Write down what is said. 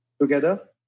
together